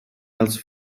else